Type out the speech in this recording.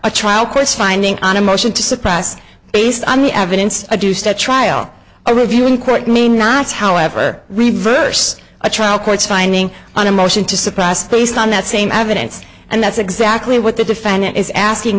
a trial course finding on a motion to suppress based on the evidence a deuced at trial a review in court may not however reverse a trial court's finding on a motion to suppress based on that same evidence and that's exactly what the defendant is asking